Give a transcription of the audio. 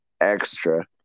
extra